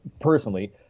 personally